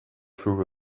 through